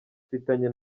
mfitanye